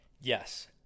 Yes